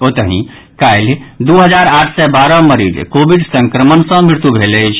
ओतहि काल्हि दू हजार आठ सय बारह मरीजक कोविड संक्रमण सँ मृत्यु भेल अछि